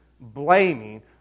blaming